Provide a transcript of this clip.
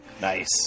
Nice